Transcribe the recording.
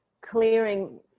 clearing